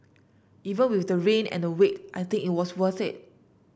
even with the rain and the wait I think it was worth it